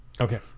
Okay